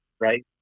right